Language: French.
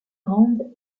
grande